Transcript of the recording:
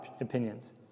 opinions